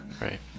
right